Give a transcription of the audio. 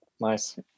Nice